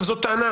זאת טענה,